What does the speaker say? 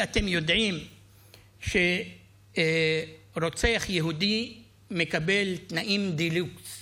כי אתם יודעים שרוצח יהודי מקבל תנאים דה-לוקס